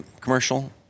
commercial